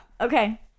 Okay